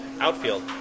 Outfield